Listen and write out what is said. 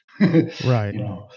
Right